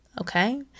okay